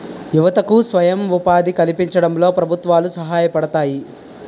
యువతకు స్వయం ఉపాధి కల్పించడంలో ప్రభుత్వాలు సహాయపడతాయి